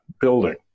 building